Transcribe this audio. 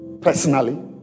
Personally